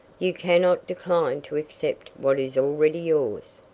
you cannot decline to accept what is already yours.